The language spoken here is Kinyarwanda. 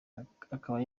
akaba